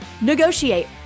negotiate